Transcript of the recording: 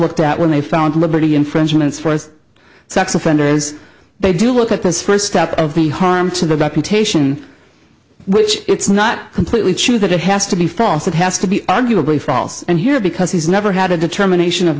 looked at when they found liberty infringements for sex offenders they do look at this first step of the harm to the back of taishan which it's not completely true that it has to be false it has to be arguably false and here because he's never had a determination of